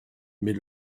mais